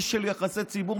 איש של יחסי ציבור,